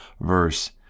verse